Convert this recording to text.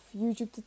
YouTube